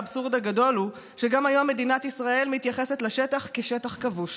האבסורד הגדול הוא שגם היום מדינת ישראל מתייחסת לשטח כשטח כבוש,